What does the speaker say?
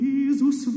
Jesus